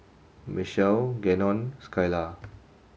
Mechelle Gannon Skylar